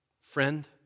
Friend